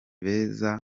beza